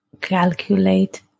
calculate